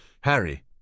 Harry